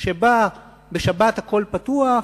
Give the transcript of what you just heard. שבה בשבת הכול פתוח,